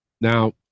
Now